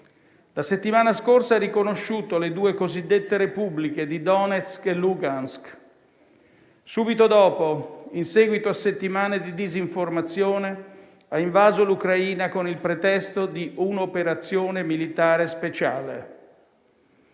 La settimana scorsa ha riconosciuto le due cosiddette repubbliche di Donetsk e Lugansk. Subito dopo, in seguito a settimane di disinformazione, ha invaso l'Ucraina con il pretesto di un'operazione militare speciale.